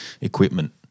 equipment